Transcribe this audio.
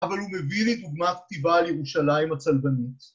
אבל הוא מביא לי דוגמא כתיבה על ירושלים הצלבנית